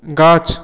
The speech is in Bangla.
গাছ